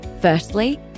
Firstly